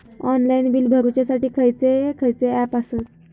Online bill भरुच्यासाठी खयचे खयचे ऍप आसत?